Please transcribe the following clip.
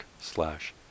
slash